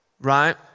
right